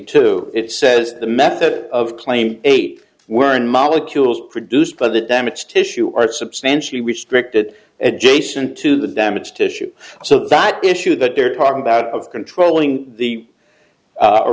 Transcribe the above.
two it says the method of claim eight were in molecules produced by the damaged tissue are substantially restricted adjacent to the damaged tissue so that the issue that they're talking about of controlling the